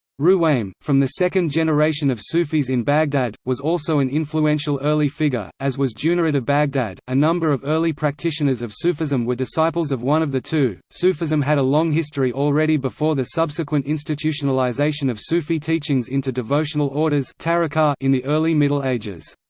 ruwaym, from the second generation of sufis in baghdad, was also an influential early figure, as was junayd of baghdad a number of early practitioners of sufism were disciples of one of the two sufism had a long history already before the subsequent institutionalization of sufi teachings into devotional orders in the early middle ages.